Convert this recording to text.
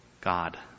God